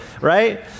right